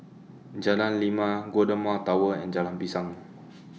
Jalan Lima Golden Mile Tower and Jalan Pisang